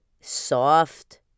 Soft